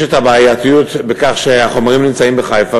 יש בעייתיות בכך שהחומרים האלה נמצאים בחיפה,